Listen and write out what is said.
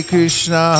Krishna